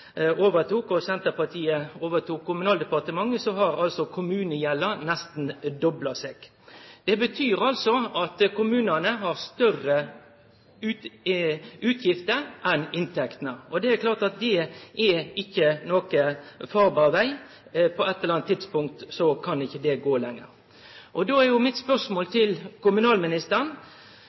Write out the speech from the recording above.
Senterpartiet overtok Kommunaldepartementet, har altså kommunegjelda nesten dobla seg. Det betyr altså at kommunane har større utgifter enn inntekter. Det er klart at det er ikkje nokon farbar veg. På eit eller anna tidspunkt kan ikkje det gå lenger. Då er mitt spørsmål til